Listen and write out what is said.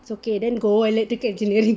it's okay then go electrical engineering